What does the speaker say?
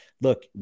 look